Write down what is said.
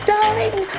Darling